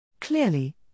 Clearly